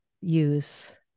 use